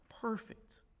perfect